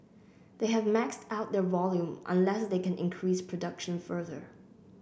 they have maxed out their volume unless they can increase production further